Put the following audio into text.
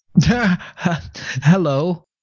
Hello